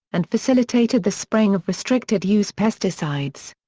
and facilitated the spraying of restricted-use pesticides.